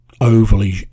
overly